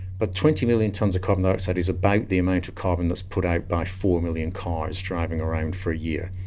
but twenty million tonnes of carbon dioxide is about the amount of carbon that's put out by four million cars driving around for a year.